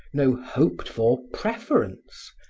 no hoped for preference,